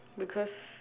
because